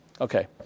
Okay